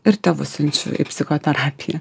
ir tėvus siunčiau į psichoterapiją